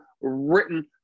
written